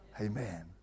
Amen